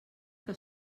que